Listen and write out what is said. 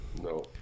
No